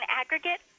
aggregate